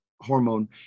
hormone